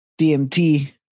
DMT